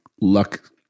luck